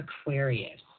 Aquarius